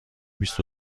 بیست